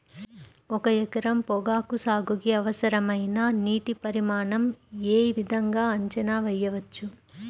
ఒక ఎకరం పొగాకు సాగుకి అవసరమైన నీటి పరిమాణం యే విధంగా అంచనా వేయవచ్చు?